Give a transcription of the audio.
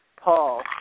Paul